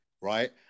right